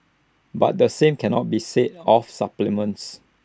but the same cannot be said of supplements